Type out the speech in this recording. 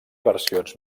versions